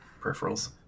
peripherals